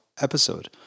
episode